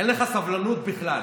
אין לך סבלנות בכלל,